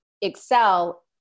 excel